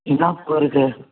என்ன பூ இருக்கு